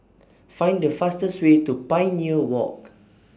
Find The fastest Way to Pioneer Walk